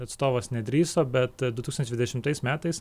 atstovas nedrįso bet du tūkstančiai dvidešimtais metais